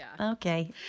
okay